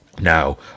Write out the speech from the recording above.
Now